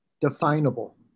definable